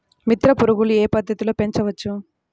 మిత్ర పురుగులు ఏ పద్దతిలో పెంచవచ్చు?